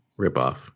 ripoff